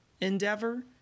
endeavor